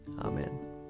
Amen